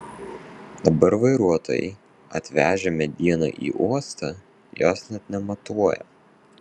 dabar vairuotojai atvežę medieną į uostą jos net nematuoja